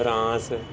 France